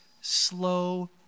slow